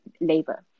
labor